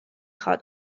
خواد